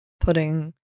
putting